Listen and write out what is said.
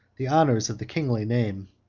the honors of the kingly name.